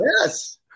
yes